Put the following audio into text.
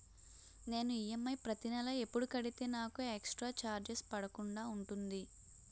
నేను ఈ.ఎం.ఐ ప్రతి నెల ఎపుడు కడితే నాకు ఎక్స్ స్త్ర చార్జెస్ పడకుండా ఉంటుంది?